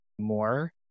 more